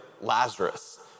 Lazarus